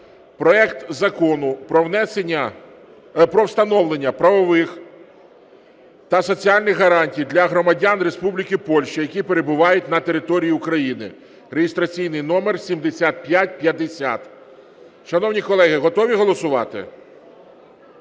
проект Закону про встановлення правових та соціальних гарантій для громадян Республіки Польща, які перебувають на території України (реєстраційний номер 7550). Шановні колеги, готові голосувати?